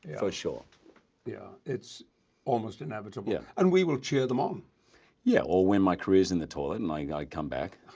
for sure yeah it's almost inevitable yeah and we will cheer them on yeah or when my careers in the toilet and like i come back